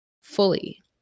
fully